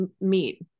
meet